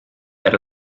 per